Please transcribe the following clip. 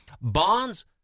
Bonds